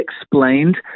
explained